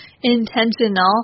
intentional